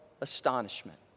astonishment